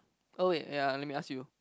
oh ya let me ask you